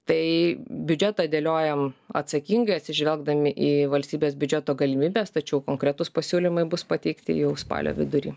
tai biudžetą dėliojam atsakingai atsižvelgdami į valstybės biudžeto galimybes tačiau konkretūs pasiūlymai bus pateikti jau spalio vidury